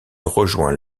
rejoint